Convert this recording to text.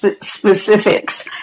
specifics